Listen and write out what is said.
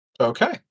okay